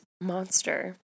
monster